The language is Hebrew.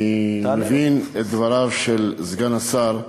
אני מבין את דבריו של סגן השר,